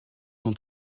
son